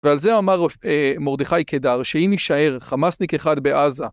ועל זה אמר מרדכי קדר, שאם יישאר חמאסניק אחד בעזה...